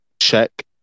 check